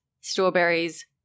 strawberries